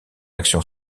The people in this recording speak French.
action